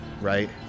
right